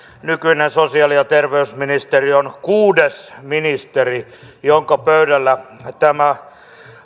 nykyinen sosiaali ja terveysministeri on kuudes ministeri jonka pöydällä tämä